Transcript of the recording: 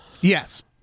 yes